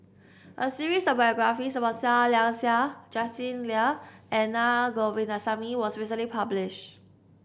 a series of biographies about Seah Liang Seah Justin Lean and Naa Govindasamy was recently publish